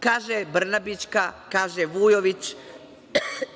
Kaže Brnabićka, kaže Vujović,